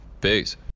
Peace